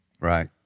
Right